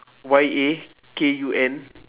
Y A K U N